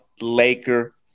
Laker